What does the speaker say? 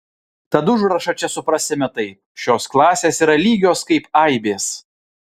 tad užrašą čia suprasime taip šios klasės yra lygios kaip aibės